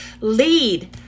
lead